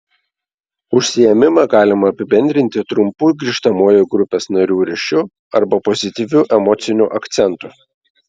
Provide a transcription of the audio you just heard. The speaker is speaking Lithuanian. užsiėmimą galima apibendrinti trumpu grįžtamuoju grupės narių ryšiu arba pozityviu emociniu akcentu